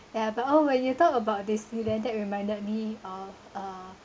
ya but oh when you talk about disneyland that reminded me of uh